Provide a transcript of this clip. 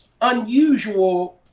unusual